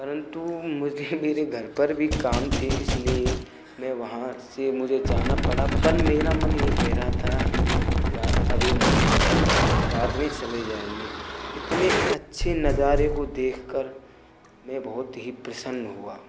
परंतु मुझे मेरे घर पर भी काम थे इसलिए मैं वहाँ से मुझे जाना पड़ा पर मेरा मन यह कह रहा था कि तू अभी मत जा बाद में चले जाएंगे इतने अच्छे नज़ारे को देख कर मैं बहुत ही प्रसन्न हुआ